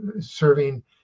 serving